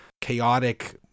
chaotic